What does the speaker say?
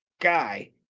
guy